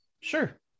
Sure